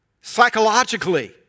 psychologically